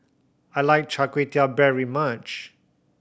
I like Char Kway Teow very much